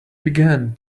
began